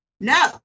no